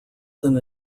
than